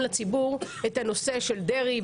זה נושא שלא צריך להרחיב עליו.